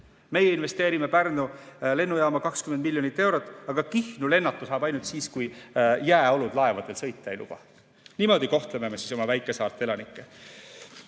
Meie investeerime Pärnu lennujaama 20 miljonit eurot. Aga Kihnu lennata saab ainult siis, kui jääolud laevadel sõita ei luba. Niimoodi me siis kohtleme oma väikesaarte elanikke.